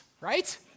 right